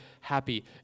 happy